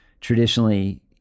Traditionally